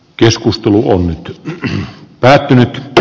keskustelu on päättynyt